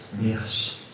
Yes